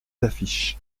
affiches